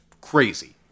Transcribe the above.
crazy